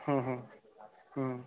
हूँ हूँ हूँ हूँ